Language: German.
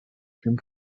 dem